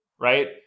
right